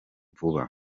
vuba